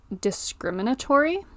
discriminatory